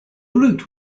route